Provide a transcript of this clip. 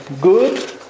good